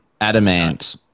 Adamant